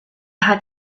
had